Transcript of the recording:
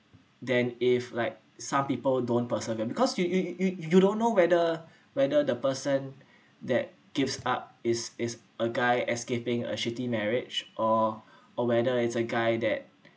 then if like some people don't persevere because you you you you don't know whether whether the person that gives up is is a guy escaping a shitty marriage or or whether it's a guy that